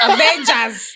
Avengers